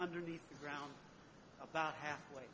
underneath the ground about halfway